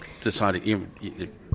deciding